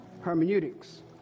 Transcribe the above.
hermeneutics